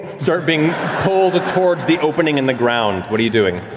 start being pulled towards the opening in the ground. what are you doing?